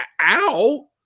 Ow